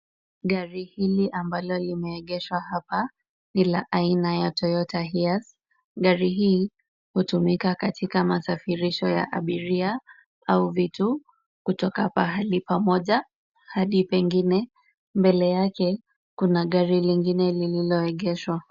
Gari hili ambalo limeegeshwa hapa ni la aina ya Toyota hiace. Gari hii hutumika katika masafirisho ya abiria au vitu kutoka pahali pamoja hadi pengine. Mbele yake kuna gari lingine lililoegeshwa.